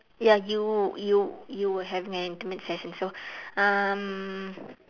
ya you you you will have an intimate session so um